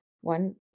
one